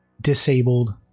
disabled